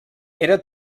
era